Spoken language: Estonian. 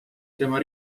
tema